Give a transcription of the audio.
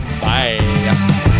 bye